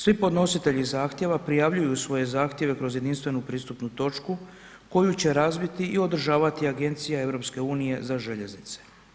Svi podnositelji zahtjeva prijavljuju svoje zahtjeve kroz jedinstvenu pristupnu točku koju će razviti i održavati Agencija EU za željeznice.